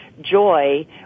Joy